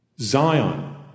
Zion